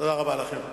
תודה רבה לכם.